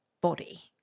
body